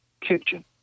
kitchen